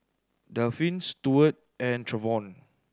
Delphin Steward and Trevion